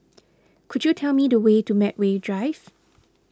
could you tell me the way to Medway Drive